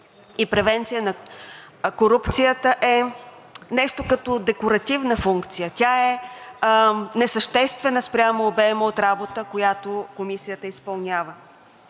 и превенция на корупцията е нещо като декоративна функция, тя е несъществена спрямо обема от работа, която Комисията изпълнява.